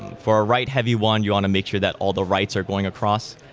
for a write heavy one, you want to make sure that all the writes are going across.